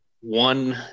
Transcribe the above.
one